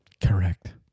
correct